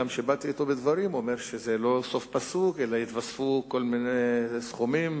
כשבאתי אתו בדברים אמר שזה לא סוף פסוק אלא יתווספו כל מיני סכומים,